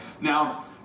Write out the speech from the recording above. now